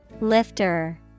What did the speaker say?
Lifter